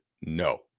no